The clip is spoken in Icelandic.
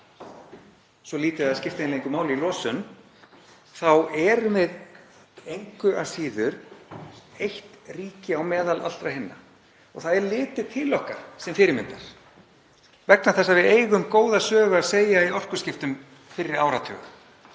svo lítið að það skipti eiginlega engu máli í losun þá erum við engu að síður eitt ríki á meðal allra hinna. Það er litið til okkar sem fyrirmyndar vegna þess að við eigum góða sögu að segja í orkuskiptum fyrri áratuga,